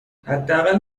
حداقل